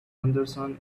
henderson